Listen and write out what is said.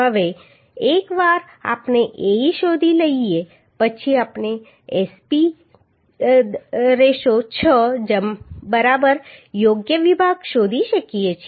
હવે એક વાર આપણે Ae શોધી લઈએ પછી આપણે SP 6 યોગ્ય વિભાગ શોધી શકીએ છીએ